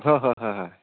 হয় হয় হয় হয়